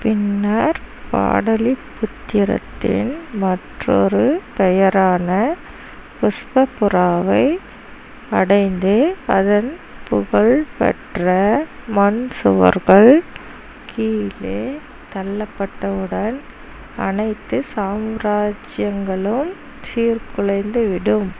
பின்னர் பாடலிபுத்திரத்தின் மற்றொரு பெயரான புஷ்பபுராவை அடைந்து அதன் புகழ்பெற்ற மண் சுவர்கள் கீழே தள்ளப்பட்டவுடன் அனைத்து சாம்ராஜ்யங்களும் சீர்குலைந்துவிடும்